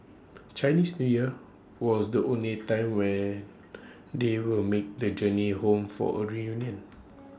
Chinese New Year was the only time when they would make the journey home for A reunion